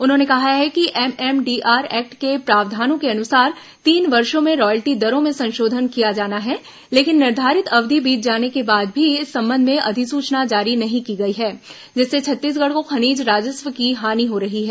उन्होंने कहा है कि एमएमडीआर एक्ट के प्रावधानों के अनुसार तीन वर्षो में रायल्टी दरों में संशोधन किया जाना है लेकिन निर्धारित अवधि बीत जाने के बाद भी इस संबंध में अधिसूचना जारी नहीं की गई है जिससे छत्तीसगढ़ को खनिज राजस्व की हानि हो रही है